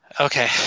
Okay